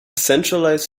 centralized